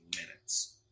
minutes